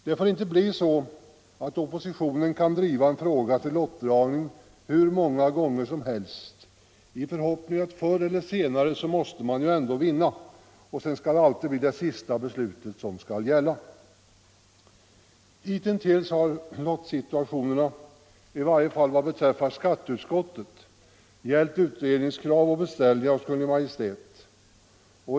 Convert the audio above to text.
Det får inte bli så att oppositionen får driva en fråga till lottdragning hur många gånger som helst i förhoppning att man förr eller senare ändå måste vinna och att det sedan alltid skall bli det sista beslutet som skall gälla. Hitintills har lottsituationerna, i varje fall vad beträffar skatteutskottet, gällt utredningskrav och beställningar hos Kungl. Maj:t.